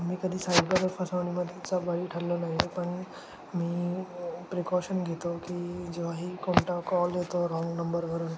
मी कधी सायबर फसवणीमध्येचा बळी ठरलो नाही पण मी प्रिकॉशन घेतो की जो आहे कोणता कॉल येतो राँग नंबरवरून